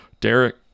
Derek